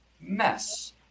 mess